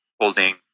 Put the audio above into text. holding